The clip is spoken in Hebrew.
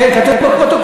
כן, כתוב בפרוטוקול.